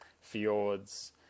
fjords